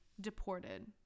deported